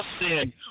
sin